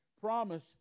promise